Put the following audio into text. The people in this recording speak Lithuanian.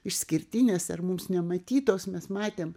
išskirtinės ar mums nematytos mes matėm